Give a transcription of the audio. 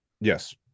yes